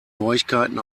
neuigkeiten